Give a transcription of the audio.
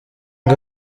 ngo